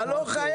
אתה לא חייב.